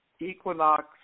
equinox